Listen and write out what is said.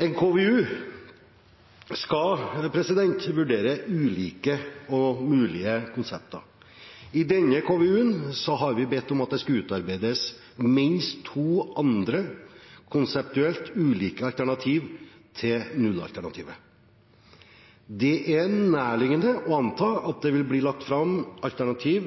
En KVU skal vurdere ulike og mulige konsepter. I denne KVU-en har vi bedt om at det skal utarbeides minst to andre konseptuelt ulike alternativer til et nullalternativ. Det er nærliggende å anta at det vil bli lagt fram alternativ